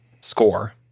score